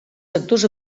sectors